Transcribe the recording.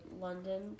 London